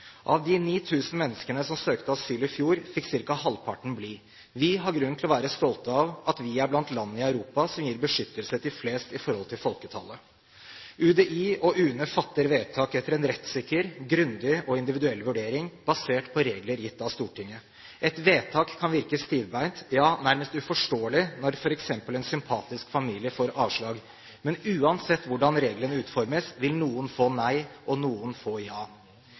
Av de 9 000 menneskene som søkte asyl i fjor, fikk ca. halvparten bli. Vi har grunn til å være stolte av at vi er blant landene i Europa som gir beskyttelse til flest i forhold til folketallet. UDI og UNE fatter vedtak etter en rettssikker, grundig og individuell vurdering, basert på regler gitt av Stortinget. Et vedtak kan virke stivbeint, ja nærmest uforståelig, når f.eks. en sympatisk familie får avslag. Men uansett hvordan reglene utformes, vil noen få nei og noen få ja.